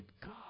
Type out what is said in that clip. God